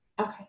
Okay